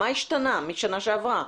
מה השתנה משנה שעברה?